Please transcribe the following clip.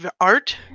art-